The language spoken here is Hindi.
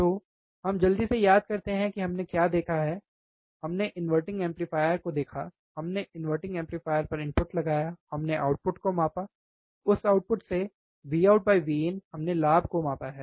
तो हम जल्दी से याद करते हैं हमने क्या क्या देखा है हमने इन्वर्टिंग एम्पलीफायर देखा हमने इनवर्टिंग एम्पलीफायर पर इनपुट लगाया हमने आउटपुट को मापा उस आउटपुट से VoutVin हमने लाभ को मापा है